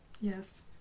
Yes